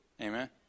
Amen